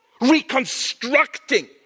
reconstructing